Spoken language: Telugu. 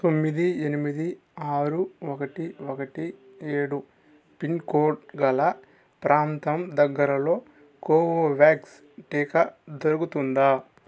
తొమ్మిది ఎనిమిది ఆరు ఒకటి ఒకటి ఏడు పిన్కోడ్ గల ప్రాంతం దగ్గరలో కోవోవాక్స్ టీకా దొరుకుతుందా